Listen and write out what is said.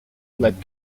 led